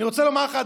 אני רוצה לומר לך,